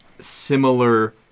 similar